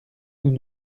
nous